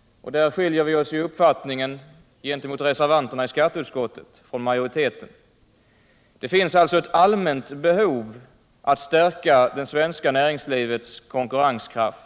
allmänt behov av att stärka — och här skiljer sig i skatteutskottet majoritetens uppfattning från reservanternas — det svenska näringslivets konkurrenskraft.